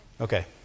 okay